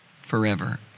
forever